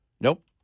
Nope